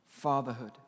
Fatherhood